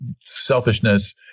selfishness